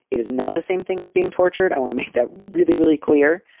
it is not the same thing as being tortured. i want to make that really, really clear.